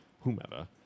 whomever